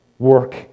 work